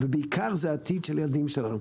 ובעיקר זה העתיד של הילדים שלנו.